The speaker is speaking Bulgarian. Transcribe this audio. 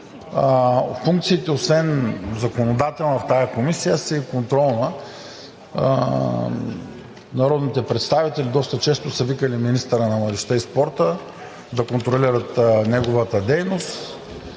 комисия освен законодателни са и контролни. Народните представители доста често са викали министъра на младежта и спорта да контролират неговата дейност